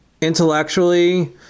intellectually